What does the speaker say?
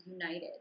united